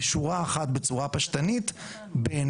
בשורה אחת בצורה פשטנית בעיניי,